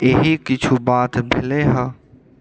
एहि किछु बात भेलैहँ